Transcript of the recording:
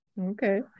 Okay